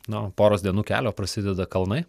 nu poros dienų kelio prasideda kalnai